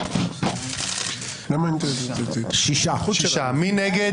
מי נגד?